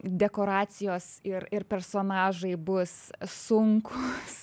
dekoracijos ir ir personažai bus sunkūs